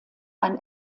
ein